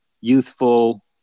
youthful